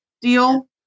deal